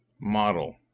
Model